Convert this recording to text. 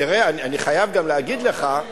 תראה, אני חייב גם להגיד לך, צריך